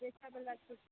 देखऽबला छै